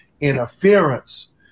interference